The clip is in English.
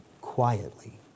quietly